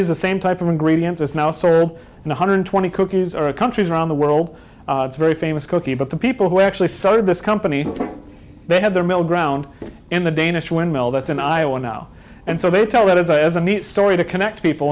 use the same type of ingredients as now serve one hundred twenty cookies or countries around the world it's very famous cokie but the people who actually started this company they had their mill ground in the danish when well that's in iowa now and so they tell that as a as a neat story to connect people